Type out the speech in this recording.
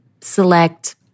select